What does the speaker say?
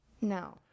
no